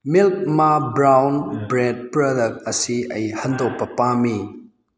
milk ꯃꯥ brown bread product ꯑꯁꯤ ꯑꯩ ꯍꯟꯗꯣꯛꯄ ꯄꯥꯝꯏ